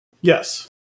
yes